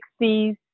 60s